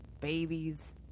babies